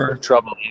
trouble